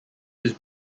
was